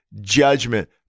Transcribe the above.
judgment